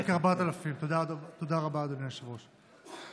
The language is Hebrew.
תודה רבה, אדוני היושב-ראש.